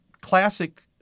classic –